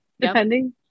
Depending